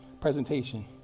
presentation